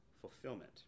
fulfillment